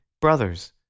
brothers